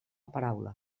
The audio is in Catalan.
paraula